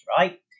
right